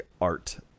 art